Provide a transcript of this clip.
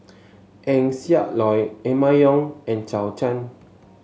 Eng Siak Loy Emma Yong and Zhou Can